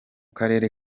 karere